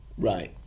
Right